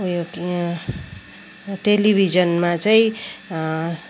उयो टेलिभिजनमा चाहिँ